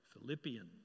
Philippians